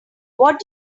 what